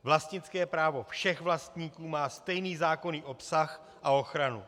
Vlastnické právo všech vlastníků má stejný zákonný obsah a ochranu.